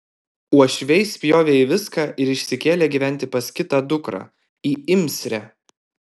uošviai spjovė į viską ir išsikėlė gyventi pas kitą dukrą į imsrę